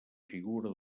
figura